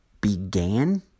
Began